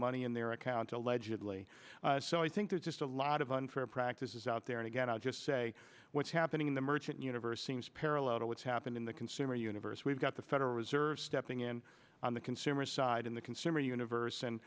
money in their accounts allegedly so i think there's just a lot of unfair practices out there and again i'll just say what's happening in the merchant universe seems parallel to what's happened in the consumer universe we've got the federal reserve stepping in on the consumer side in the consumer universe and